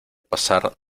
pasar